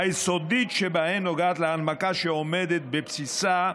היסודית שבהן נוגעת להנמקה שעומדת בבסיסה,